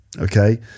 Okay